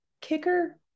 kicker